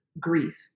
grief